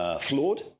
flawed